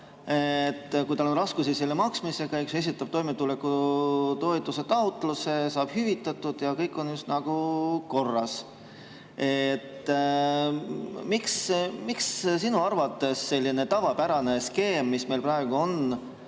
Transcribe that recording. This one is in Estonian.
Kui tal on raskusi maksmisega, siis ta esitab toimetulekutoetuse taotluse, saab hüvitatud ja kõik on just nagu korras. Miks sinu arvates selline tavapärane skeem, mis meil praegu on,